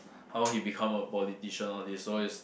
how he become a politician all these so it's